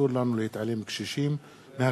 אסור לנו להתעלם מהקשישים,